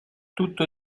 tutto